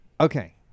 Okay